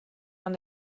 man